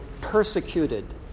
persecuted